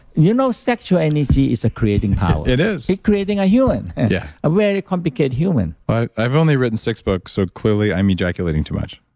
you know, sexual energy is a creating power it is it creating a yeah a very complicated human i've only written six books, so clearly i'm ejaculating too much